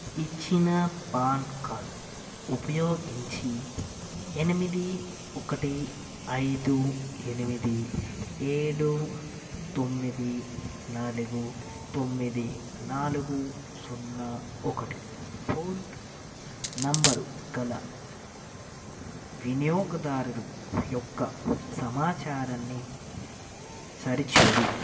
ఇచ్చిన pan card ఉపయోగించి ఎనిమిది ఒకటి ఐదు ఎనిమిది ఏడు తొమ్మిది నాలుగు తొమ్మిది నాలుగు సున్నా ఒకటి ఫోన్ నెంబరు గల వినియోగదారుడు యొక్క సమాచారాన్ని సరిచూడు